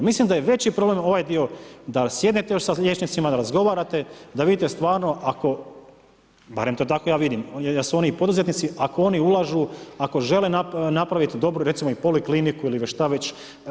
Mislim da je veći problem ovaj dio da sjednete sa liječnicima, da razgovarate, da vidite stvarno ako, barem to tako ja vidim, da su oni poduzetnici ako oni ulažu, ako žele napraviti dobru recimo i polikliniku ili šta već.